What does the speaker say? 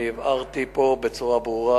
אני הבהרתי פה בצורה ברורה.